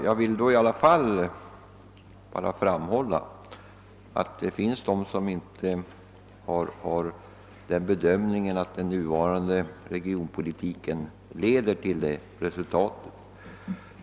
Jag vill framhålla att det finns de som inte har den bedömningen att den nuvarande regionpolitiken leder till detta resultat.